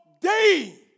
day